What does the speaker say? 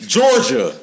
Georgia